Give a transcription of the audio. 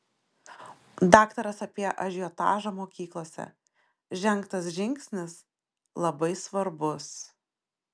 daktaras apie ažiotažą mokyklose žengtas žingsnis labai svarbus